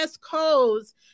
codes